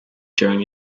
during